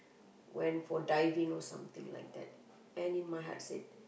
went for diving or something like that